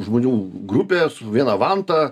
žmonių grupė su viena vanta